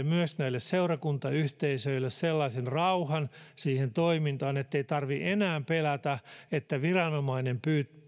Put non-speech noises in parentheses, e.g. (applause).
(unintelligible) myös seurakuntayhteisöille sellaisen rauhan siihen toimintaan ettei tarvitse enää pelätä että viranomainen